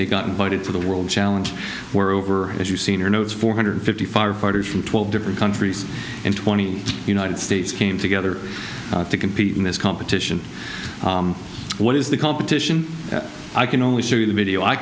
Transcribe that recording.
they got invited to the world challenge where over as you senior know it's four hundred fifty firefighters from twelve different countries and twenty united states came together to compete in this competition what is the competition i can only show you the video i